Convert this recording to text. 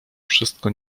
wszystko